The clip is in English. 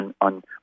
on